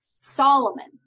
Solomon